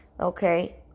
Okay